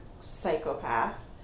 psychopath